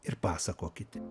ir pasakokit